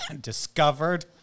discovered